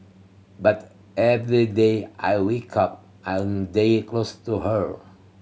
but every day I wake up I'm a day closer to her